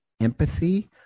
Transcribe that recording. empathy